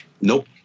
Nope